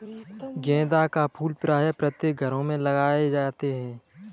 गेंदा के फूल प्रायः प्रत्येक घरों में लगाए जाते हैं